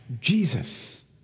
Jesus